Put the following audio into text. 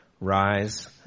Rise